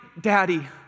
daddy